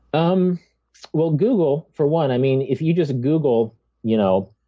um well, google for one. i mean if you just google you know